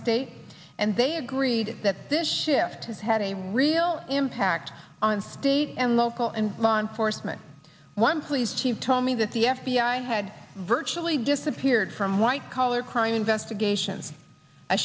state and they agreed that this shift has had a real impact on state and local and law enforcement one please she told me that the f b i had virtually disappeared from white collar crime investigations a